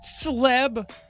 celeb